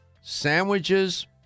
Sandwiches